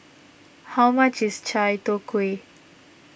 how much is Chai Tow Kuay